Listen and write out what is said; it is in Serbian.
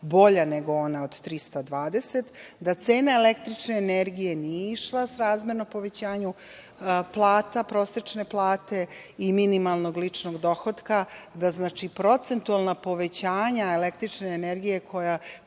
bolja nego ona od 320, da cena električne energije nije išla srazmerno povećanja prosečne plate i minimalnog ličnog dohotka, da procentualna povećanja električne energije kojim